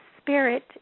spirit